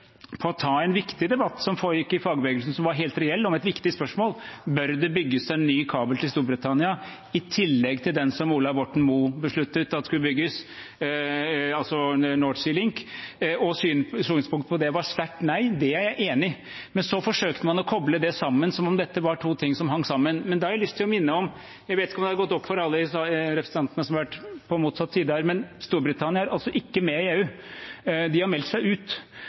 på å ta en viktig debatt som foregikk i fagbevegelsen, som var helt reell, om et viktig spørsmål: Bør det bygges en ny kabel til Storbritannia i tillegg til den som Ola Borten Moe besluttet skulle bygges, altså North Sea Link? Og synspunktet på det var sterkt nei. Det er jeg enig i, men så forsøkte man å koble det som om dette var to ting som hang sammen. Da har jeg lyst til å minne om – jeg vet ikke om det har gått opp for alle representantene som har vært på motsatt side her – at Storbritannia er altså ikke med i EU. De har meldt seg ut.